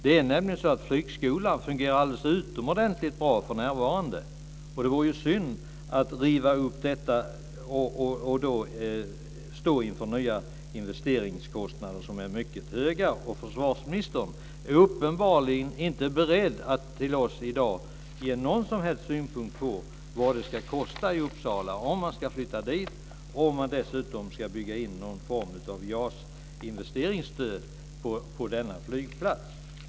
Det är nämligen så att flygskolan fungerar alldeles utomordentligt bra för närvarande. Det vore synd att riva upp detta och sedan stå inför nya investeringskostnader som är mycket höga. Försvarsministern är uppenbarligen inte beredd att till oss i dag ge någon som helst synpunkt på vad det ska kosta i Uppsala om man ska flytta dit och om man dessutom ska bygga in någon form av JAS investeringsstöd i denna flygplats.